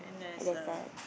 and there's a